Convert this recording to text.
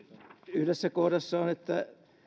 yhdessä kohdassa on että